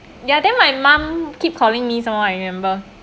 ya then my mum keep calling me some more I remember